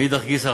מאידך גיסא,